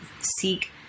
seek